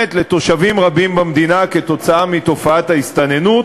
שנגרמת לתושבים רבים במדינה מתופעת ההסתננות,